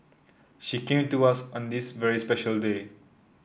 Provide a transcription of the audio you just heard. she came to us on this very special day